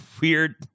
weird